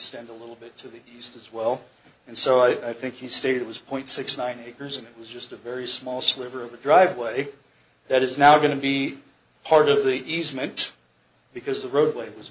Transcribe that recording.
stand a little bit to the east as well and so i think you stated it was point six nine acres and it was just a very small sliver of a driveway that is now going to be part of the easement because the roadway